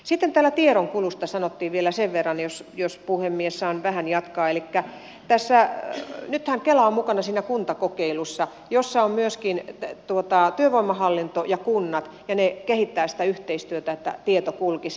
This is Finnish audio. sitten täällä tiedonkulusta sanottiin vielä sen verran jos puhemies saan vähän jatkaa ja nythän kela on mukana siinä kuntakokeilussa jossa ovat myöskin työvoimahallinto ja kunnat ja ne kehittävät sitä yhteistyötä että tieto kulkisi